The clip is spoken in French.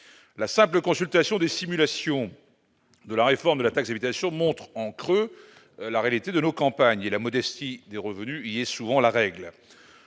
la simple consultation des simulations de la réforme de la taxe habitation montre en creux la réalité de nos campagnes et la modestie des revenus, il est souvent la règle,